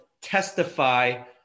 testify